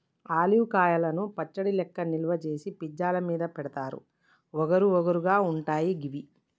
olive కాయలను పచ్చడి లెక్క నిల్వ చేసి పిజ్జా ల మీద పెడుతారు వగరు వగరు గా ఉంటయి గివి